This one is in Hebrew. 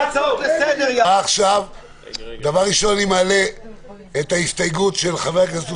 אני מחדש את הישיבה.